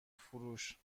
فروش